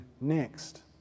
next